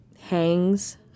hangs